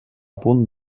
punt